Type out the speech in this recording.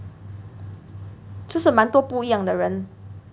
就是蛮多不一样的人